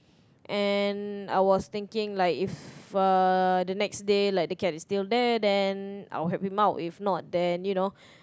and I was thinking like if uh the next day like the cat is still there then I will help him out if not then you know